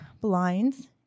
blinds